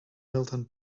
milton